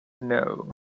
no